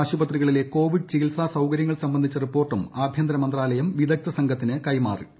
ആശുപത്രികളിലെ കോവിഡ് ചികിൽസാ സൌകര്യങ്ങൾ സംബന്ധിച്ച റിപ്പോർട്ടും ആഭ്യന്തരമന്ത്രാലയം വിദഗ്ധസംഘത്തിന് കൈമാറിയിട്ടുണ്ട്